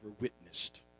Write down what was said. witnessed